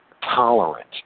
tolerant